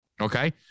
Okay